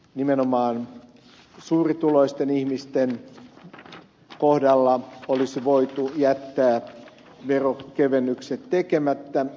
nimenomaan suurituloisten ihmisten kohdalla olisi voitu jättää veronkevennykset tekemättä